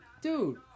dude